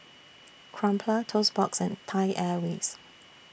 Crumpler Toast Box and Thai Airways